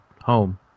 home